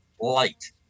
light